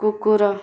କୁକୁର